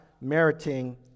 meriting